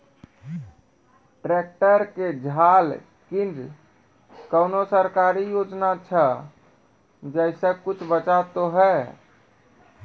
Tractor के झाल किंग कोनो सरकारी योजना छ जैसा कुछ बचा तो है ते?